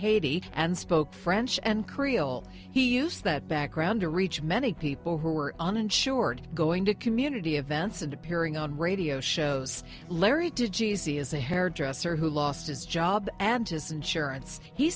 haiti and spoke french and creole he used that background to reach many people who are uninsured going to community events and appearing on radio shows larry to jeezy is a hairdresser who lost his job and his insurance he